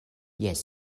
jes